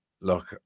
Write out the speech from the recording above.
look